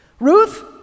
Ruth